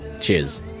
Cheers